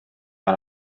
mae